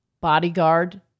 bodyguard